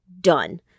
done